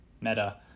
Meta